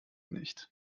nicht